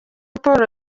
paul